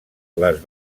les